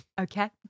Okay